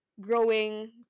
growing